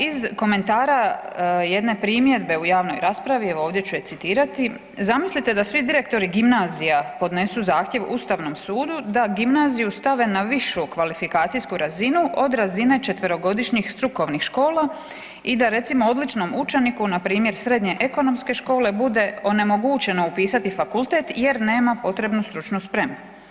Iz komentara jedne primjedbe u javnoj raspravi, evo ovdje ću je citirati, zamislite da svi direktori gimnazija podnesu zahtjev Ustavnom sudu da gimnaziju stave na višu kvalifikacijsku razinu od razine 4-godišnjih strukovnih škola i da recimo, odličnom učeniku, npr. srednje ekonomske škole bude onemogućeno upisati fakultet jer nema potrebnu stručnu spremnu.